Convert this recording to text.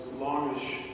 longish